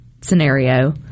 scenario